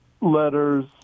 letters